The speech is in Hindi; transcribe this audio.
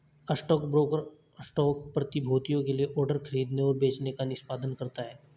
स्टॉकब्रोकर स्टॉक प्रतिभूतियों के लिए ऑर्डर खरीदने और बेचने का निष्पादन करता है